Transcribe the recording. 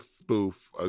spoof